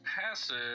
passive